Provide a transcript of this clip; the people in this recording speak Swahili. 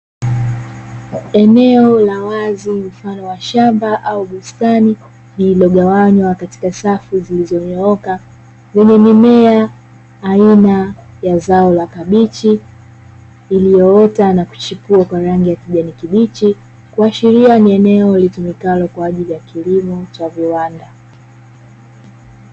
Eneo la wazi mfano wa shamba au bustani lililogawanywa katika safu zilizonyooka, lenye mimea aina ya zao la kabichi, iliyoota na kuchipua kwa rangi ya kijani kibichi, kuashiria ni eneo litumikalo kwa ajili ya kilimo cha viwanda.